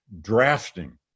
drafting